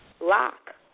Lock